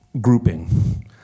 grouping